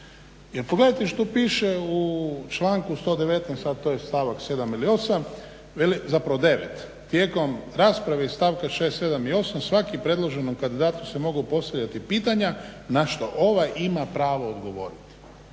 Jer pogledajte što piše u članku 119.to je stavak 7.ili 8.zapravo 9. Veli tijekom rasprave iz stavka 6., 7.i 8.svakom predloženom kandidatu se mogu postavljati pitanja na što ovaj ima pravo odgovoriti.